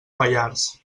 pallars